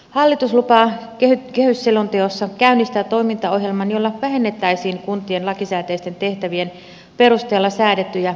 hallitus lupaa kehysselonteossa käynnistää toimintaohjelman jolla vähennettäisiin kuntien lakisääteisten tehtävien perusteella säädettyjä velvoitteita